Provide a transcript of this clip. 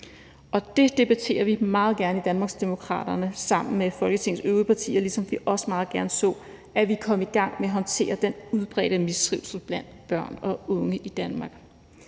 det debatterer vi meget gerne i Danmarksdemokraterne sammen med Folketingets øvrige partier, ligesom vi også meget gerne så, at vi kom i gang med at håndtere den udbredte mistrivsel blandt børn og unge i Danmark.